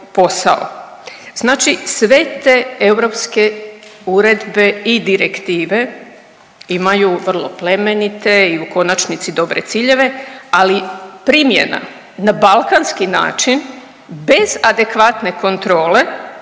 Znači sve te europske uredbe i direktive imaju vrlo plemenite i u konačnici dobre ciljeve, ali primjene na balkanski način bez adekvatne kontrole